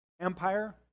empire